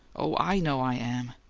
oh, i know i am!